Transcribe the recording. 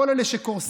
כל אלה שקורסים,